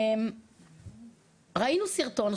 ראינו סרטון.